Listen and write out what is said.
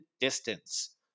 distance